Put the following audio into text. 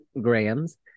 grams